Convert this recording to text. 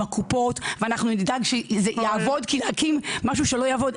הקופות ואנחנו נדאג שזה יעבוד כי להקים משהו שלא יעבוד,